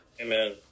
Amen